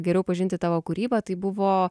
geriau pažinti tavo kūrybą tai buvo